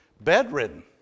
bedridden